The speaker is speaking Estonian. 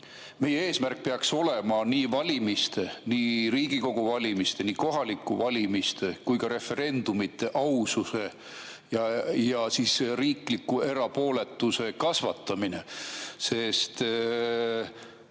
meie eesmärk peaks olema nii valimiste, nii Riigikogu valimiste, kohalike valimiste kui ka referendumite aususe ja riikliku erapooletuse kasvatamine. Sest